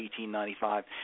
$18.95